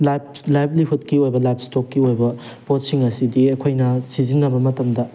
lives ꯂꯥꯏꯐꯂꯤꯍꯨꯗ ꯀꯤ ꯑꯣꯏꯕ ꯂꯥꯏꯐ ꯏꯁꯇꯣꯛꯀꯤ ꯑꯣꯏꯕ ꯄꯣꯠꯁꯤꯡ ꯑꯁꯤꯗꯤ ꯑꯩꯈꯣꯏꯅ ꯁꯤꯖꯤꯟꯅꯕ ꯃꯇꯝꯗ